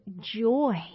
joy